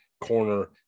corner